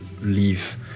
leave